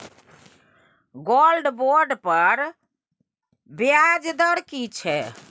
Gold bond पर ब्याज दर की छै?